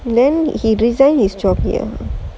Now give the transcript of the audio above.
then he resigned his job here